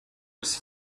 its